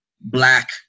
black